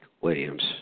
Williams